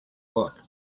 book